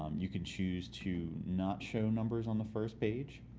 um you can choose to not show numbers on the first page.